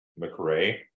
McRae